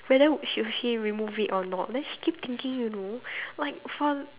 whether should she remove it or not then she keep thinking you know like for